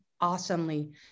awesomely